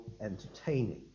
entertaining